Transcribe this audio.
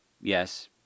yes